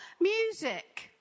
music